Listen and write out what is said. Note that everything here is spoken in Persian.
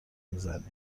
میزنی